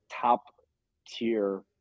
top-tier